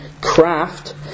craft